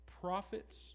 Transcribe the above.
prophets